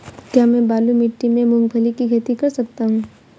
क्या मैं बालू मिट्टी में मूंगफली की खेती कर सकता हूँ?